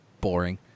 boring